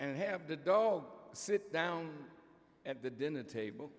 and have the dog sit down at the dinner table